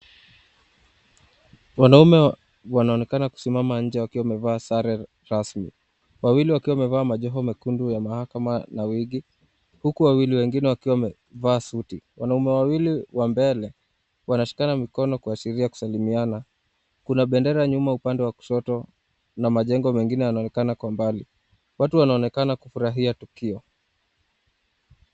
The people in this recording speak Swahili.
Wanaume wanaonekana kusimama nje wakiwa wamevaa sare rasmi, wawili wakiwa wamevaa majoho mekundu ya mahakama na wigi, huku wengine wawili wakiwa wamevaa suti, Wanaume wawili wa mbele wanashikana mikono kuashiria kusalimiana, kuna bendera nyuma upande wa kushoto na majengo mengine yanaonekana kwa mbali, watu wanaonekana kufurahia tukio.